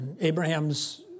Abraham's